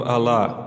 Allah